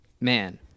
Man